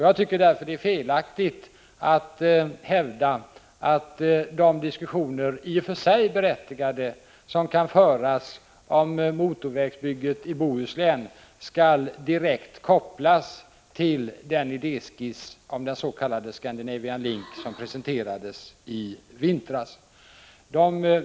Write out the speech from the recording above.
Jag tycker därför att det är felaktigt att hävda att de i och för sig berättigade diskussioner som kan föras om motorvägsbygget i Bohuslän skall kopplas direkt till idéskissen om den s.k. Scandinavian Link som presenterades i vintras.